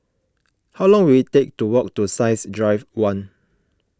how long will it take to walk to Science Drive one